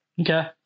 Okay